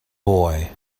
boy